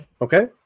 Okay